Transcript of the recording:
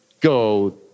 go